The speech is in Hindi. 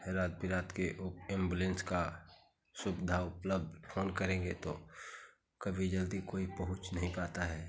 रात बिरात के वह एम्बुलेंस की सुविधा उपलब्ध फोन करेंगे तो कभी जल्दी कोई पहुँच नहीं पाता है